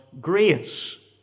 grace